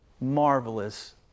marvelous